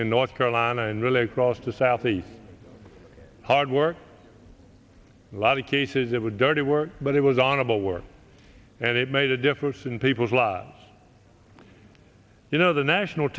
in north carolina and really close to southeast hard work a lot of cases that were dirty work but it was honorable work and it made a difference in people's lives you know the national